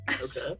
Okay